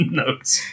notes